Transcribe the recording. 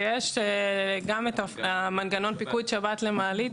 ויש גם את מנגנון פיקוד שבת למעלית,